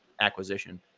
acquisition